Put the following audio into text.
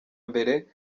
mbere